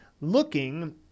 looking